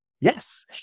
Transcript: Yes